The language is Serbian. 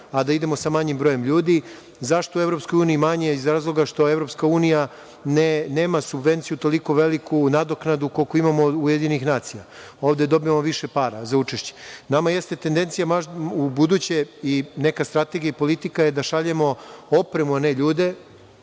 a da idemo sa manjim brojem ljudi. Zašto je u EU manje? Iz razloga što EU nema subvenciju toliko veliku nadoknadu koliko imamo u UN. Ovde dobijamo više para za učešće. Nama jeste tendencija, ubuduće i neka strategija i politika je da šaljemo opremu a ne ljude